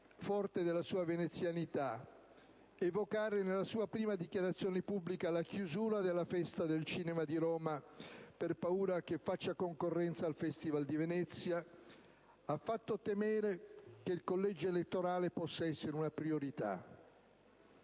forte della sua venezianità, evocare nella sua prima dichiarazione pubblica la chiusura della Festa del cinema di Roma per paura che faccia concorrenza al Festival di Venezia ha fatto temere che il collegio elettorale possa essere una priorità.